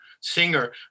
singer